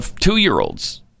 two-year-olds